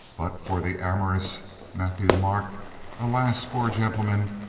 but for the amorous mat thieu-marc a alas, poor gentleman!